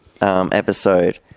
episode